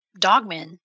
dogmen